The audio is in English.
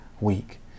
week